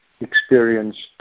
experienced